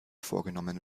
vorgenommen